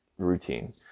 routine